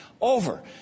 over